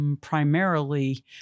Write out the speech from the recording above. primarily